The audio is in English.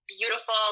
beautiful